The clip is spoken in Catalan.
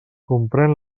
comprén